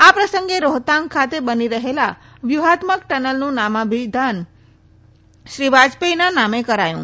આ પ્રસંગે રોહતાંગ ખાતે બની રહેલી વ્યૂહાત્મક ટનલનું નામાભિમાન શ્રી વાજપેથીના નામે કરાયું